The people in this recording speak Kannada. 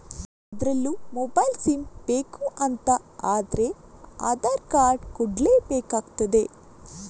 ಅದ್ರಲ್ಲೂ ಮೊಬೈಲ್ ಸಿಮ್ ಬೇಕು ಅಂತ ಆದ್ರೆ ಆಧಾರ್ ಕಾರ್ಡ್ ಕೊಡ್ಲೇ ಬೇಕಾಗ್ತದೆ